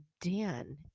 Dan